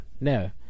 no